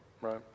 right